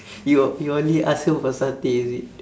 you you only ask her for satay is it